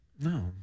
No